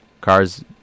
Cars